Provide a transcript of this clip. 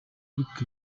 lick